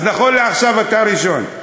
אז נכון לעכשיו, אתה ראשון.